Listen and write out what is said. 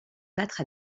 battre